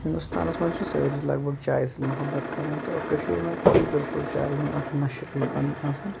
ہِنٛدوستانَس مَنٛز چھِ سٲری لَگ بَگ چاے سۭتۍ محبَت کَران اور کٔشیر مَنٛز تہِ چھُ بِلکُل چایہِ ہُنٛد اکھ نَشہِ لُکَن آسان